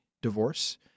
divorce